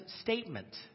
statement